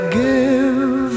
give